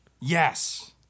Yes